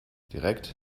direkt